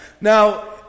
Now